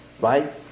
right